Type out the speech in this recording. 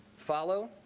follow,